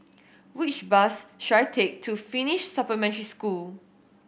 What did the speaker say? which bus should I take to Finnish Supplementary School